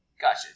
Gotcha